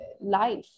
life